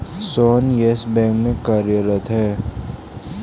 Sohan Yes Bank में कार्यरत है